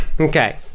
Okay